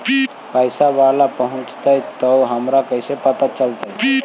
पैसा बाला पहूंचतै तौ हमरा कैसे पता चलतै?